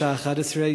בשעה 11:00,